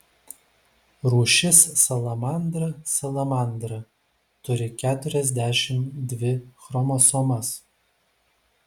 rūšis salamandra salamandra turi keturiasdešimt dvi chromosomas